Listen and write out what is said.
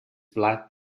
blat